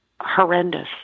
horrendous